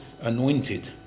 anointed